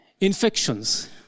infections